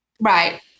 right